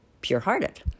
pure-hearted